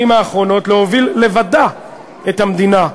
בשנים האחרונות להוביל לבדה את המדינה.